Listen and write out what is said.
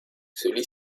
celui